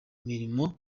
mirimo